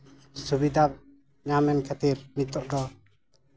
ᱥᱩᱵᱤᱫᱟ ᱧᱟᱢᱮᱱ ᱠᱷᱟᱹᱛᱤᱨ ᱱᱤᱛᱚᱜ ᱫᱚ